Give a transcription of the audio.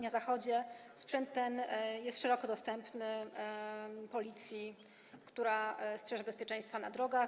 Na Zachodzie sprzęt ten jest szeroko dostępny Policji, która strzeże bezpieczeństwa na drogach.